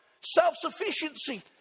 self-sufficiency